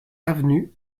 avenue